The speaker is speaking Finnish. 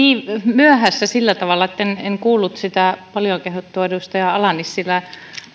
myöhässä sillä tavalla etten kuullut sitä paljon kehuttua edustaja ala nissilän